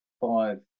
five